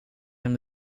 hem